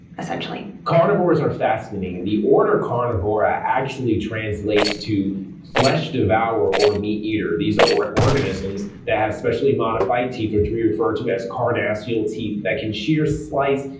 essentially. carnivores are fascinating. the order carnivora actually translates to flesh devourer or meat eater. these are organisms that have specially modified teeth, which we refer to as carnassial teeth, that can shear, slice,